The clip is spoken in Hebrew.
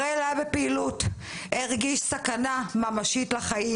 בראל היה בפעילות, הרגיש סכנה ממשית לחיים.